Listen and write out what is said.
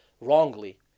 wrongly